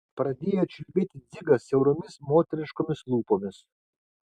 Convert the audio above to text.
pradėjo čiulbėti dzigas siauromis moteriškomis lūpomis